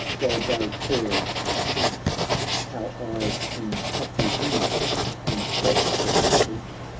while day toils steep our eyes in happy dreams and grateful sleep,